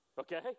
Okay